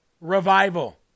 revival